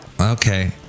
Okay